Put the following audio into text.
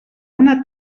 una